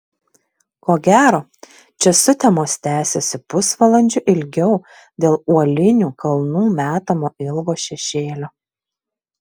ko gero čia sutemos tęsiasi pusvalandžiu ilgiau dėl uolinių kalnų metamo ilgo šešėlio